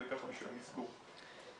זה בשביל המסגור.